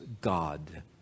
God